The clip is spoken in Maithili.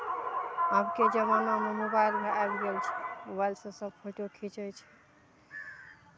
आबके जमानामे मोबाइल भी आबि गेल छै मोबाइलसँ सभ फोटो खीचै छै